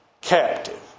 captive